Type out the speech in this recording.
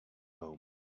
home